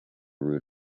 root